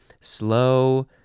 slow